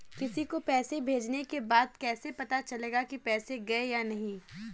किसी को पैसे भेजने के बाद कैसे पता चलेगा कि पैसे गए या नहीं?